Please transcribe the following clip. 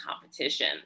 competition